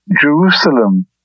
Jerusalem